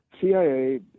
CIA